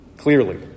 Clearly